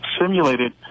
simulated